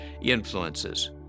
influences